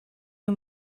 you